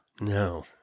No